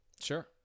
Sure